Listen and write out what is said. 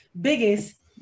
biggest